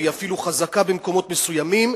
והיא אפילו חזקה במקומות מסוימים,